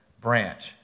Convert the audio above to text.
branch